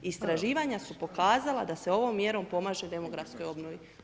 Istraživanja su pokazala da se ovom mjerom pomaže demografskoj obnovi.